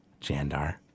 Jandar